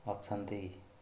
ଅଛନ୍ତି